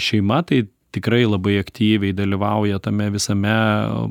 šeima tai tikrai labai aktyviai dalyvauja tame visame